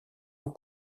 aux